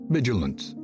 Vigilance